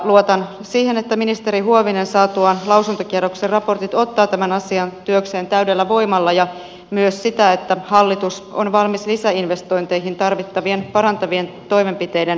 luotan siihen että ministeri huovinen saa tuon lausuntokierroksen raportit ottaa tämän asian työkseen täydellä voimalla ja myös että hallitus on valmis lisäinvestointeihin tarvittavien parantavien toimenpiteiden rahoittamiseen